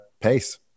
pace